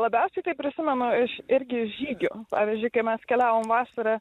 labiausiai tai prisimenu iš irgi žygių pavyzdžiui kai mes keliavom vasarą